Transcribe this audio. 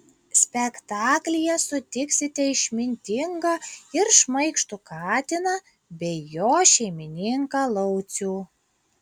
spektaklyje sutiksite išmintingą ir šmaikštų katiną bei jo šeimininką laucių